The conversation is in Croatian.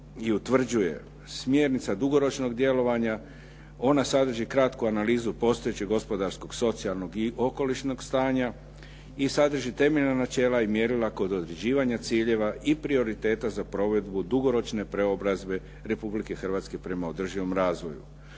i utvrđuje smjernica dugoročnog djelovanja. Ona sadrži kratku analizu postojećeg gospodarskog, socijalnog i okolišnog stanja i sadrži temeljna načela i mjerila kod određivanja ciljeva i prioriteta za provedbu dugoročne preobrazbe Republike Hrvatske prema održivom razvoju.